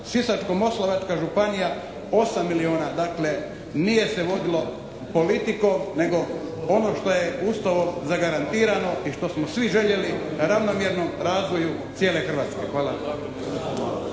Sisačko-Moslavačka županija 8 milijuna. Dakle nije se vodilo politikom nego ono što je Ustavom zagarantirano i što smo svi željeli ravnomjernom razvoju cijele Hrvatske. Hvala.